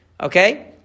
Okay